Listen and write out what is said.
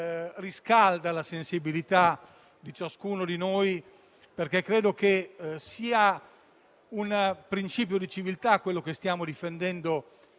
riscalda la sensibilità di ciascuno di noi. Infatti, credo che sia un principio di civiltà quello che stiamo difendendo